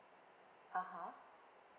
uh (huh)